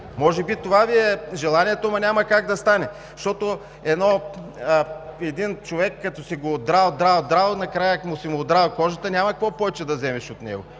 Може би това Ви е желанието, ама няма как да стане. Защото един човек, като си го одрал, драл, драл, накрая си му одрал кожата, няма какво повече да вземеш от него!